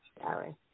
Sorry